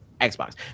Xbox